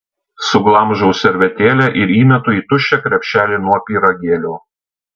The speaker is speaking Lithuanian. suglamžau servetėlę ir įmetu į tuščią krepšelį nuo pyragėlių